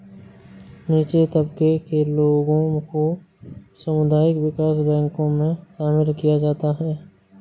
नीचे तबके के लोगों को सामुदायिक विकास बैंकों मे शामिल किया जाता है